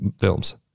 films